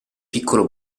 piccolo